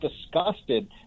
disgusted